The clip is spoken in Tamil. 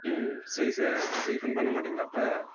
சரி சார் ரீஃபண்ட் பண்ணமாட்டீங்களா அப்போ